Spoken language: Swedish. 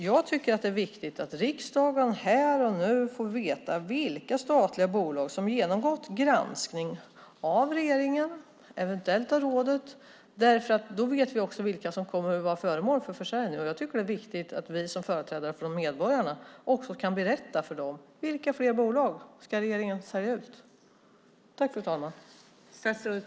Jag tycker att det är viktigt att riksdagen här och nu får veta vilka statliga bolag som genomgått granskning av regeringen och eventuellt av rådet så att vi också får veta vilka som kommer att vara föremål för försäljning. Det är viktigt att vi som företrädare för medborgarna kan berätta för dem vilka fler bolag regeringen ska sälja ut.